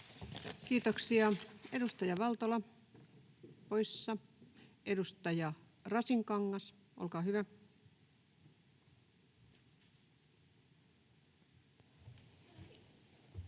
Kiitoksia. — Edustaja Valtola, poissa. — Edustaja Rasinkangas, olkaa hyvä. [Speech